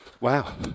Wow